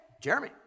Jeremy